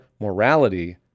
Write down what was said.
morality